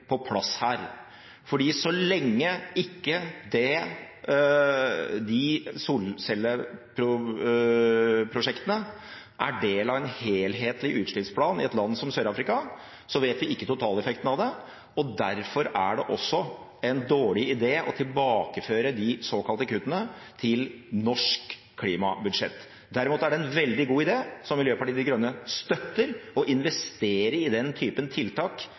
på plass her. Så lenge de solcelleprosjektene ikke er del av en helhetlig utslippsplan i et land som Sør-Afrika, vet vi ikke totaleffekten av det. Derfor er det også en dårlig idé å tilbakeføre de såkalte kuttene til norsk klimabudsjett. Derimot er det en veldig god idé, som Miljøpartiet De Grønne støtter, å investere i den typen tiltak